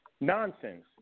Nonsense